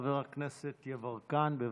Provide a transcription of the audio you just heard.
חבר הכנסת יברקן, בבקשה.